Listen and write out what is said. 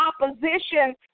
opposition